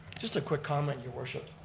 just a quick comment your worship,